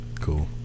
cool